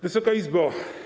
Wysoka Izbo!